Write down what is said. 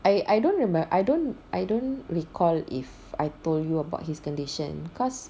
I I don't remember I don't I don't recall if I told you about his condition cause